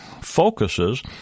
focuses